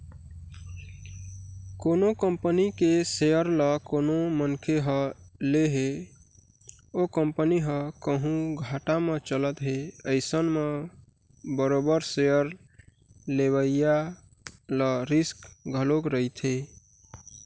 कोनो कंपनी के सेयर ल कोनो मनखे ह ले हे ओ कंपनी ह कहूँ घाटा म चलत हे अइसन म बरोबर सेयर लेवइया ल रिस्क घलोक रहिथे